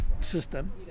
system